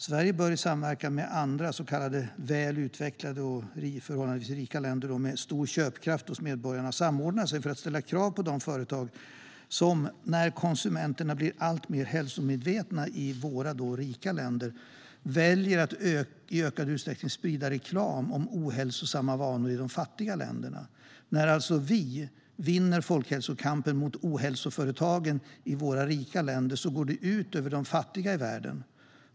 Sverige bör i samverkan med andra så kallade väl utvecklade och förhållandevis rika länder med stor köpkraft hos medborgarna samordna sig och ställa krav på de företag som, när konsumenterna blir alltmer hälsomedvetna i våra rika länder, väljer att i ökad utsträckning sprida reklam i fattiga länder för ohälsosamma vanor. När vi i de rika länderna vinner folkhälsokampen mot ohälsoföretagen går det ut över de fattiga i världen.